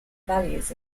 values